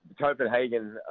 Copenhagen